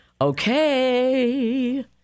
Okay